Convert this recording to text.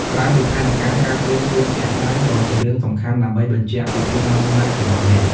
ក្រៅពីផែនការ ការត្រៀមខ្លួនជាក់ស្តែងក៏ជារឿងសំខាន់ដើម្បីបញ្ជាក់ពីភាពម៉ឺងម៉ាត់របស់អ្នក។